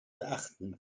beachten